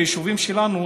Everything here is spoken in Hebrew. ביישובים שלנו,